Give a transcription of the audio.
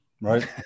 right